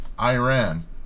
Iran